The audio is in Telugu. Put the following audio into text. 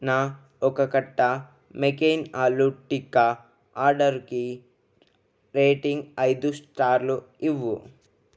నా ఒక కట్ట మెకెయిన్ ఆలూ టిక్కా ఆడర్కి రేటింగ్ ఐదు స్టార్లు ఇవ్వు